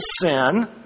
sin